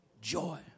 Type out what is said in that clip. joy